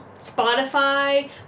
Spotify